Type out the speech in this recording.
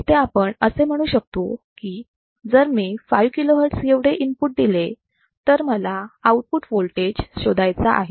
इथे आपण असे म्हणू शकतो की जर मी 5 kilohertz एवढे इनपुट दिले तर मला आउटपुट वोल्टेज शोधायचा आहे